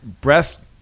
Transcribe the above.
Breast